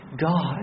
God